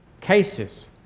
cases